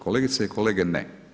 Kolegice i kolege ne.